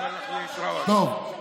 טוב,